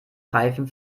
reifen